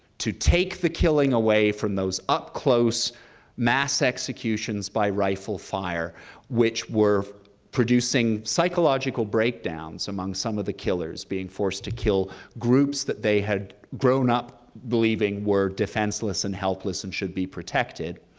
to take the killing away from those up-close mass executions by rifle fire which were producing psychological breakdowns among some of the killers being forced to kill groups that they had grown up believing were defenseless and helpless and should be protected